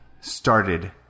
started